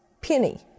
Penny